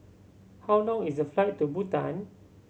how long is the flight to Bhutan